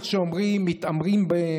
איך שאומרים,